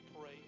pray